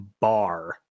Bar